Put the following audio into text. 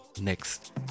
next